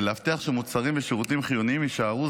ולהבטיח שמוצרים ושירותים חיוניים יישארו